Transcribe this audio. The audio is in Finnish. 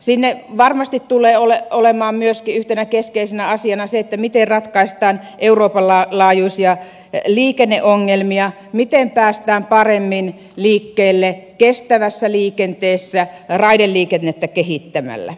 siinä varmasti tulee olemaan myöskin yhtenä keskeisenä asiana se miten ratkaistaan euroopan laajuisia liikenneongelmia miten päästään paremmin liikkeelle kestävässä liikenteessä raideliikennettä kehittämällä